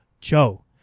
Joe